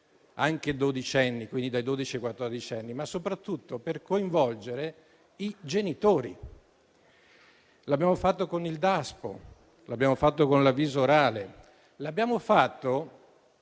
anche dodicenni, quindi dai dodici ai quattordici anni, ma soprattutto per coinvolgere i genitori; l'abbiamo fatto con il Daspo, l'abbiamo fatto con l'avviso orale, l'abbiamo fatto